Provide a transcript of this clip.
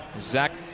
Zach